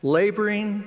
laboring